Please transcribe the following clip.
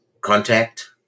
contact